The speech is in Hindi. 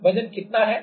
तो वजन क्या है